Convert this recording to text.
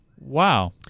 Wow